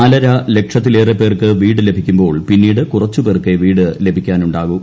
നാലരലക്ഷത്തിലേറെ പേർക്ക് വീടു ലഭിക്കുമ്പോൾ പിന്നീട് കുറച്ചുപേർക്കേ വീട് ലഭിക്കാനുണ്ടാകു